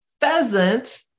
pheasant